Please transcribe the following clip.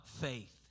faith